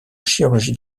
chirurgie